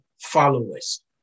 followers